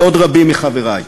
ועוד רבים מחברי.